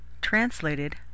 translated